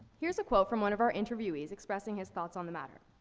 here's a quote from one of our interviewees expressing his thoughts on the matter.